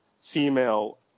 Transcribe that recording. female